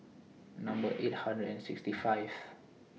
Number eight hundred and sixty five